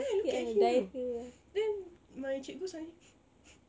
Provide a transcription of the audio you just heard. I think can hear then my cikgu suddenly